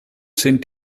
sind